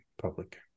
public